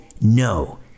no